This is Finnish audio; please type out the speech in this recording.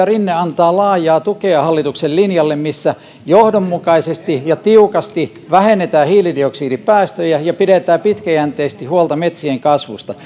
rinne antaa laajaa tukea hallituksen linjalle missä johdonmukaisesti ja tiukasti vähennetään hiilidioksidipäästöjä ja pidetään pitkäjänteisesti huolta metsien kasvusta